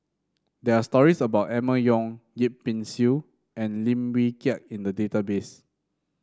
there are stories about Emma Yong Yip Pin Xiu and Lim Wee Kiak in the database